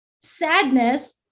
sadness